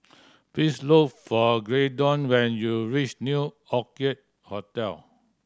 please look for Graydon when you reach New Orchid Hotel